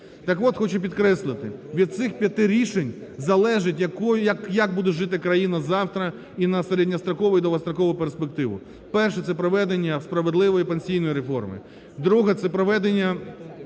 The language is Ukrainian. Так от, хочу підкреслити, від цих п'яти рішень залежить, як буде жити країна завтра і на середньострокову і довгострокову перспективу: перше – це проведення справедливої пенсійної реформи; друге – це проведення